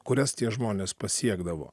kurias tie žmonės pasiekdavo